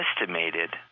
estimated